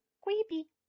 Creepy